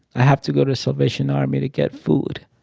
i have to go to salvation army to get food.